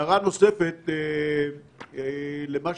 ההערה האחרונה שלי היא לגבי הסיפור של ה-200.